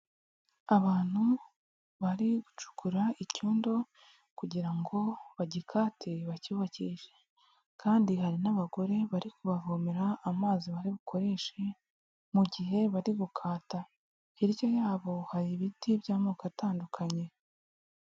Abantu bari gucukura icyondo kugira ngo bagikate bacyubakishe kandi hari n'abagore bari kubavomera amazi bari bukoreshe mu gihe bari gukata, hirya yabo hari ibiti by'amoko atandukanye.